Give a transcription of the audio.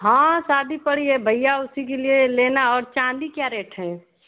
हाँ शादी पड़ी है भैया उसी के लिए लेना और चाँदी क्या रेट है